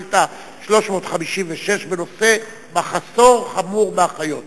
שאילתא 356 בנושא: מחסור חמור באחיות.